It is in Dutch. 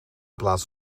plaats